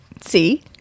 See